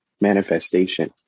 manifestation